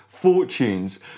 fortunes